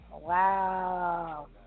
Wow